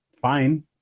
fine